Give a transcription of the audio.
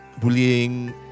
bullying